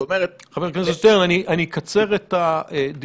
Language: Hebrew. חבר הכנסת שטרן, אני אקצר את דיון.